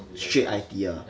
straight I_T ah